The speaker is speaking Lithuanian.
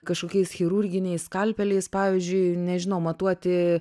kažkokiais chirurginiais skalpeliais pavyzdžiui nežinau matuoti